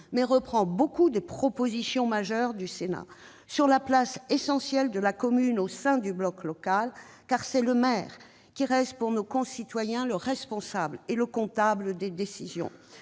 il reprend nombre de propositions majeures du Sénat sur la place essentielle de la commune au sein du bloc local. En effet, c'est le maire qui reste, pour nos concitoyens, le responsable et le comptable des décisions.